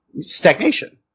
stagnation